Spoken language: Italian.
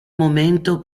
momento